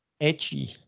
edgy